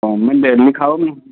ତୁମେ ଡେଲି ଖାଉନ